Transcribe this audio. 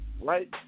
right